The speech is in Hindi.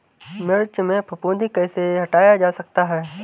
मिर्च में फफूंदी कैसे हटाया जा सकता है?